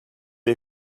les